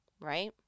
right